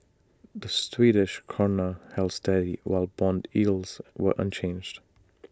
the Swedish Krona held steady while Bond yields were unchanged